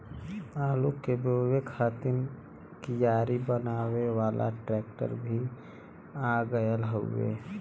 आलू के बोए खातिर कियारी बनावे वाला ट्रेक्टर भी आ गयल हउवे